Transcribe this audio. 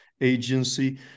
agency